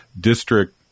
District